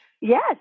Yes